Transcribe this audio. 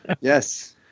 Yes